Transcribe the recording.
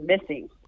missing